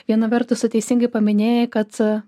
viena vertus va teisingai paminėjai kad